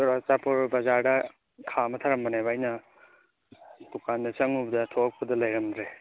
ꯆꯨꯔꯆꯥꯟꯄꯨꯔ ꯕꯖꯥꯔꯗ ꯈꯥꯝꯃ ꯊꯝꯂꯝꯕꯅꯦꯕ ꯑꯩꯅ ꯗꯨꯀꯥꯟꯗ ꯆꯪꯂꯨꯕꯗ ꯊꯣꯔꯛꯄꯗ ꯂꯩꯔꯝꯗ꯭ꯔꯦ